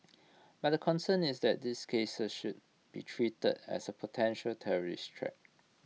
but the concern is that these cases should be treated as A potential terrorist threat